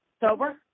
sober